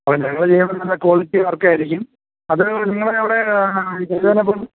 ഞങ്ങള് ചെയ്യ്ന്നത് നല്ല ക്വാളിറ്റി വർക്ക് ആയിരിക്കും അത് നിങ്ങളുടെ അവിടെ ആ ചെയ്തു തന്നപ്പം